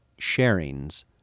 sharings